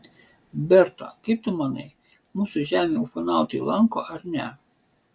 berta kaip tu manai mūsų žemę ufonautai lanko ar ne